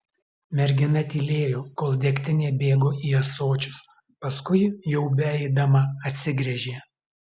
mergina tylėjo kol degtinė bėgo į ąsočius paskui jau beeidama atsigręžė